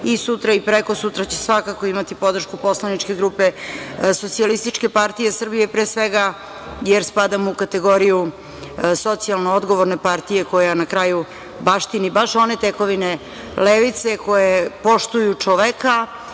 i sutra i prekosutra, će svakako imati podršku poslaničke grupe SPS pre svega jer spadamo u kategoriju socijalno odgovorne partije koja na kraju baštini baš one tekovine levice koje poštuju čoveka